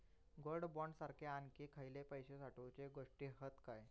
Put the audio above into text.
Gold bond सारखे आणखी खयले पैशे साठवूचे गोष्टी हत काय?